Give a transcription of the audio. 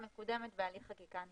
מקודמת בהליך חקיקה נפרד.